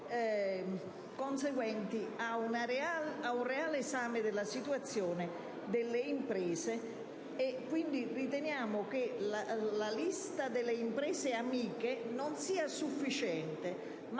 conseguenti a un reale esame della situazione delle imprese. Riteniamo che la lista delle imprese amiche non sia sufficiente,